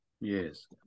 Yes